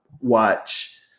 watch